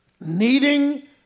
needing